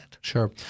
Sure